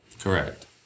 Correct